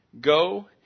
Go